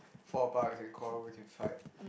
fall apart we can quarrel we can fight